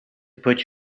put